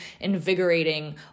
invigorating